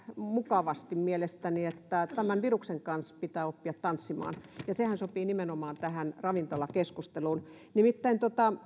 mukavasti että tämän viruksen kanssa pitää oppia tanssimaan ja sehän sopii nimenomaan tähän ravintolakeskusteluun nimittäin